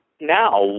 now